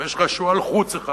ויש לך שועל-חוץ אחד,